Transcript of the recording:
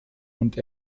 und